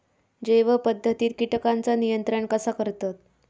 जैव पध्दतीत किटकांचा नियंत्रण कसा करतत?